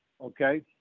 okay